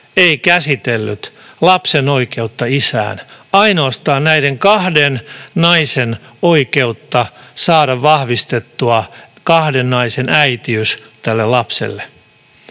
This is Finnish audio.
ei käsitellyt lapsen oikeutta isään, ainoastaan näiden kahden naisen oikeutta saada vahvistettua kahden naisen äitiys tälle lapselle.